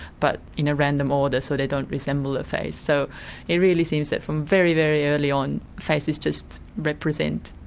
but in a random order, so they don't resemble a face. so it really seems that from very, very early on faces just represent